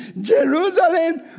Jerusalem